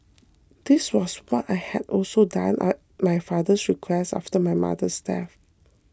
this was what I had also done at my father's request after my mother's death